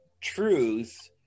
truth